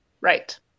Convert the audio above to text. right